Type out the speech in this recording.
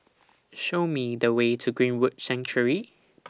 Show Me The Way to Greenwood Sanctuary